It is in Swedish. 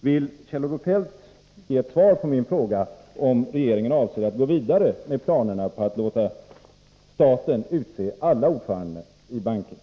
Vill Kjell-Olof Feldt ge ett svar på min fråga om huruvida regeringen avser att gå vidare med planerna på att låta staten utse alla ordförandeposter i bankerna?